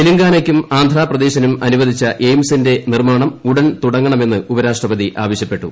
തെലുങ്കാനയ്ക്കും ആന്ധ്രാപ്രദേശിനും അനുവദിച്ച എയിംസിന്റെ നിർമ്മാണം ഉടൻ തുടങ്ങണമെന്ന് ഉപരാഷ്ട്രപതി ആവശ്യപ്പെട്ടു